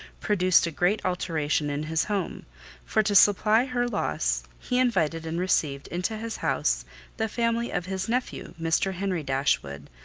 produced a great alteration in his home for to supply her loss, he invited and received into his house the family of his nephew mr. henry dashwood,